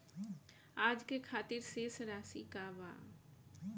आज के खातिर शेष राशि का बा?